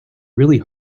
really